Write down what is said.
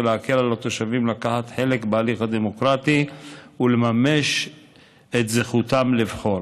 ולהקל על התושבים לקחת חלק בהליך הדמוקרטי ולממש את זכותם לבחור.